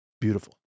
Beautiful